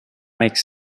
makes